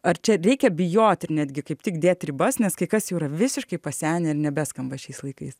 ar čia reikia bijot ir netgi kaip tik dėt ribas nes kai kas jau yra visiškai pasenę ir nebeskamba šiais laikais